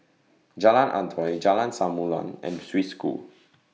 Jalan Antoi Jalan Samulun and Swiss School